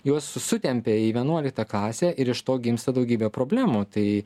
juos sutempia į vienuoliktą kasę ir iš to gimsta daugybė problemų tai